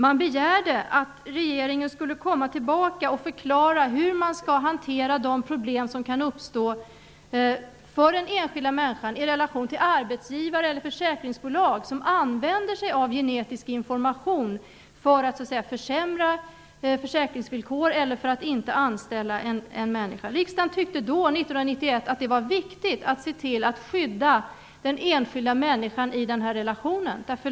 Det begärdes att regeringen skulle komma tillbaka och förklara hur man skall hantera de problem som kan uppstå för den enskilda människan i relation till arbetsgivare eller försäkringsbolag som använder sig av genetisk information för att försämra försäkringsvillkor eller för att inte anställa en människa. Riksdagen tyckte 1991 att det var viktigt att se till att skydda den enskilda människan i den relationen.